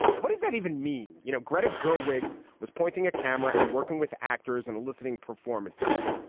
what does that even mean? you know, greta gerwig was pointing a camera and working with actors and eliciting performances.